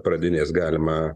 pradinės galima